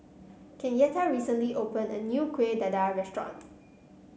Kenyatta recently opened a new Kueh Dadar restaurant